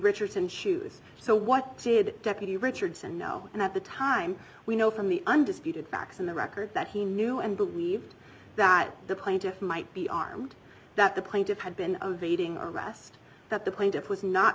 richardson shoes so what did deputy richardson know and at the time we know from the undisputed facts in the record that he knew and believed that the plaintiffs might be armed that the plaintiff had been beating arrest that the plaintiff was not